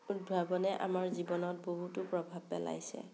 উদ্ভাৱনে আমাৰ জীৱনত বহুতো প্ৰভাৱ পেলাইছে